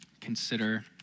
consider